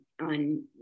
on